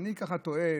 אני ככה תוהה,